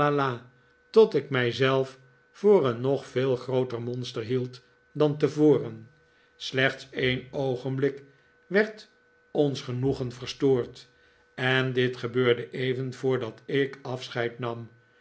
tot ik mij zelf voor een nog veel grooter monster hield dan tevoren slechts een oogenblik werd ons genoegen verstoord en dit gebeurde even voordat ik afscheid nam